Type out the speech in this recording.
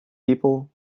people